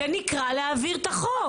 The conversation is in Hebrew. זה נקרא להעביר את החוק.